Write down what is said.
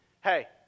Hey